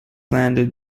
landed